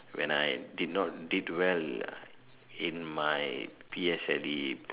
when I did not did well in my P_S_L_E